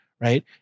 right